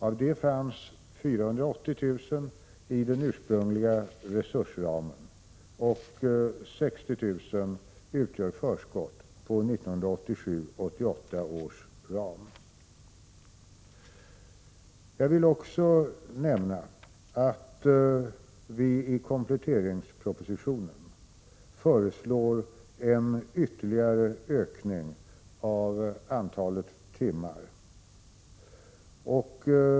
Av det fanns 480 000 i den ursprungliga resursramen, medan 60 000 utgör förskott på 1987/88 års ram. Jag vill också nämna att vi i kompletteringspropositionen föreslår en ytterligare ökning av antalet timmar.